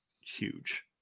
huge